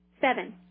Seven